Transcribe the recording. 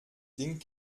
ding